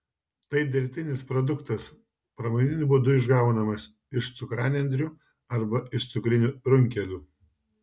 tai dirbtinis produktas pramoniniu būdu išgaunamas iš cukranendrių arba iš cukrinių runkelių